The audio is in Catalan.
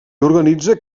organitza